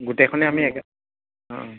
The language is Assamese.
গোটেইখনে আমি একে অঁ অঁ